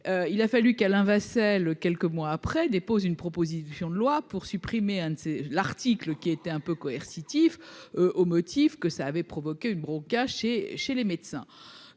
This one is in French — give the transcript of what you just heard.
il a fallu qu'Alain Vasselle, quelques mois après, dépose une proposition de loi pour supprimer, c'est l'article qui était un peu coercitif, au motif que ça avait provoqué une bronca chez chez les médecins,